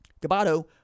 Gabato